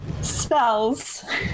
spells